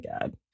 god